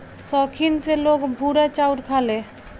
सौखीन से लोग भूरा चाउर खाले